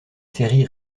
série